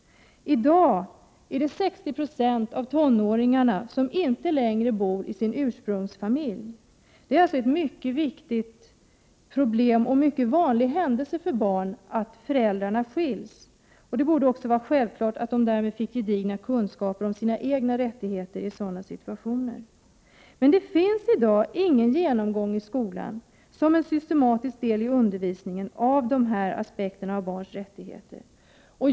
I dag bor 60 20 av tonåringarna inte längre i sin ursprungsfamilj. Det är alltså ett mycket betydande problem och en mycket vanlig händelse för barn att föräldrarna skiljs. Det borde också vara självklart att barnen fick gedigen kunskap om sina egna rättigheter i sådana situationer. Det sker i dag i skolans undervisning ingen systematisk genomgång av de här aspekterna om barns rättigheter.